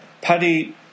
Paddy